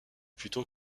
plutôt